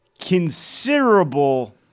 considerable